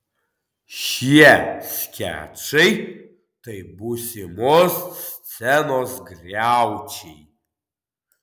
šie skečai tai būsimos scenos griaučiai